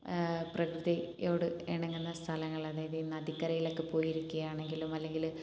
പ്രകൃതിയോട് ഇണങ്ങുന്ന സ്ഥലങ്ങൾ അതായത് ഈ നാദിക്കരയിലൊക്കെ പോയിരിക്കുകയാണെങ്കിലും അല്ലെങ്കിൽ